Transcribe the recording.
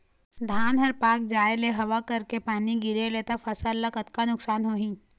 धान हर पाक जाय ले हवा करके पानी गिरे ले त फसल ला कतका नुकसान होही?